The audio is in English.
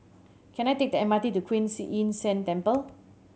can I take M R T to Kuan Yin San Temple